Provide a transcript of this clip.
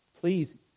please